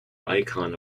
icon